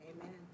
Amen